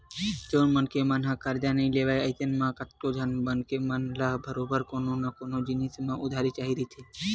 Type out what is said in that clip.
जउन मनखे मन ह करजा नइ लेवय अइसन म कतको झन मनखे मन ल बरोबर कोनो न कोनो जिनिस ह उधारी म चाही रहिथे